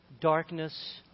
darkness